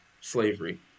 slavery